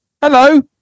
Hello